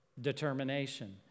determination